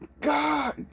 God